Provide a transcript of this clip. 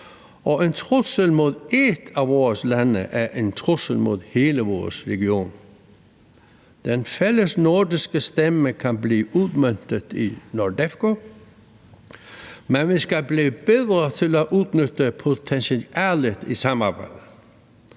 og en trussel mod et af vores lande er en trussel mod hele vores region. Den fælles nordiske stemme kan blive udmøntet i NORDEFCO, men vi skal blive bedre til at udnytte potentialet i samarbejdet.